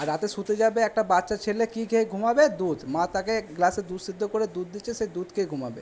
রাতে শুতে যাবে একটা বাচ্ছা ছেলে কি খেয়ে ঘুমাবে দুধ মা তাকে গ্লাসে দুধ সেদ্ধ করে দুধ দিচ্ছে সে দুধ খেয়ে ঘুমাবে